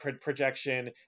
projection